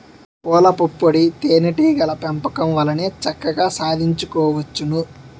పూలపుప్పొడి తేనే టీగల పెంపకం వల్లనే చక్కగా సాధించుకోవచ్చును